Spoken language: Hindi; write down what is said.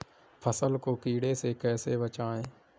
फसल को कीड़े से कैसे बचाएँ?